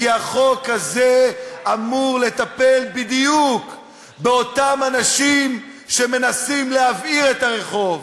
כי החוק הזה אמור לטפל בדיוק באותם אנשים שמנסים להבעיר את הרחוב,